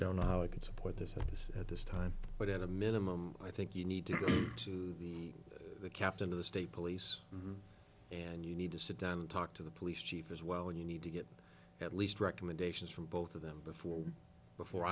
don't know how i can support this at this at this time but at a minimum i think you need to go to the captain of the state police and you need to sit down and talk to the police chief as well and you need to get at least recommendations from both of them before before